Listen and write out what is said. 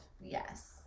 Yes